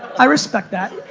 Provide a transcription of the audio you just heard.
i respect that.